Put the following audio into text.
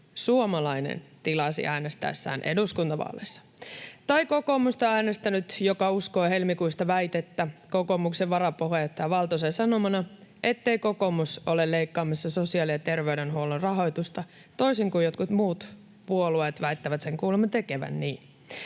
perussuomalainen tilasi äänestäessään eduskuntavaaleissa? Tai kokoomusta äänestänyt, joka uskoi helmikuista väitettä kokoomuksen varapuheenjohtaja Valtosen sanomana, ettei kokoomus ole leikkaamassa sosiaali- ja terveydenhuollon rahoitusta toisin kuin jotkut muut puolueet väittävät sen kuulemma tekevän.